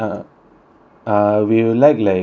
uh we will like like